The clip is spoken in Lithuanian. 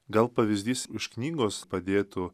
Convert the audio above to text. gal pavyzdys iš knygos padėtų